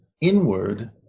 inward